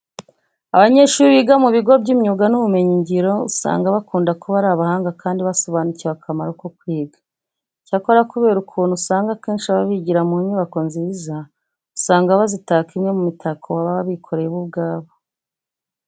Abanyeshuri biga mu bigo by'imyuga n'ubumenyingiro usanga bakunda kuba ari abahanga kandi basobanukiwe akamaro ko kwiga. Icyakora kubera ukuntu usanga akenshi baba bigira mu nyubako nziza, usanga bazitaka imwe mu mitako baba bikoreye bo ubwabo.